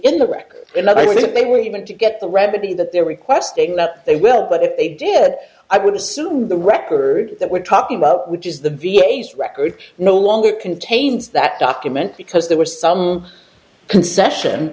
think they were even to get the ready that they're requesting that they will but if they did i would assume the record that we're talking about which is the v a s record no longer contains that document because there were some concession